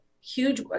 huge